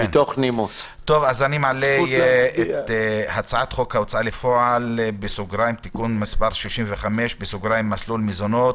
אני מעלה את הצעת חוק ההוצאה לפועל (תיקון מס' 65) (מסלול מזונות),